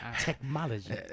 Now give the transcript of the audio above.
Technology